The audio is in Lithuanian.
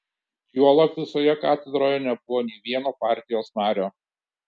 juolab visoje katedroje nebuvo nė vieno partijos nario